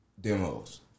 demos